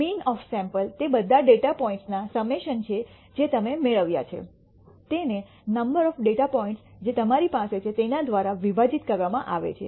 mean of sample તે બધા data પોઇન્ટ્સના સમેશન જે તમે મેળવ્યા છે તેને નંબર ઓફ ડેટા પોઈન્ટ્સ જે તમારી પાસે છે તેના દ્વારા વિભાજિત કરવા માં આવે છે